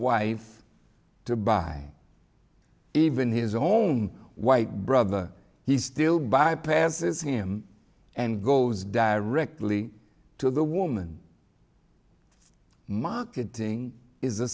wife to buy even his own white brother he still bypasses him and goes directly to the woman marketing is a